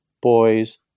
boys